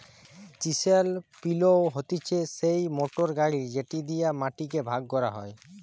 chisel পিলও হতিছে সেই মোটর গাড়ি যেটি দিয়া মাটি কে ভাগ করা হয়